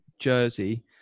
Jersey